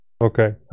okay